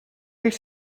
když